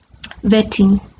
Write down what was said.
vetting